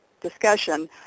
discussion